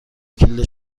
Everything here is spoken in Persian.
کلید